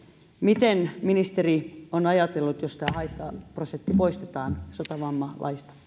miten ministeri on ajatellut jos tämä haittaprosentti poistetaan sotavammalaista